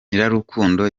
nyirarukundo